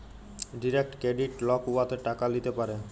direct credit lock উয়াতে টাকা ল্যিতে পারে